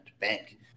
bank